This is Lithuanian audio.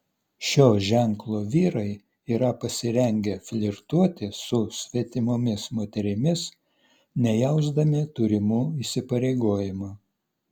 šio ženklo vyrai yra pasirengę flirtuoti su svetimomis moterimis nejausdami turimų įsipareigojimų